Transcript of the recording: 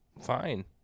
fine